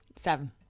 Seven